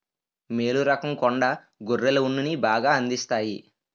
మేలు రకం కొండ గొర్రెలు ఉన్నిని బాగా అందిస్తాయి